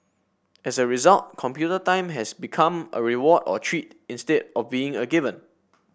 as a result computer time has become a reward or treat instead of being a given